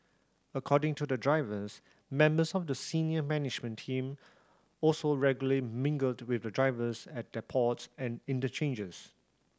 according to the drivers members of the senior management team also regularly mingle to with the drivers at depots and interchanges